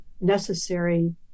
necessary